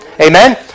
Amen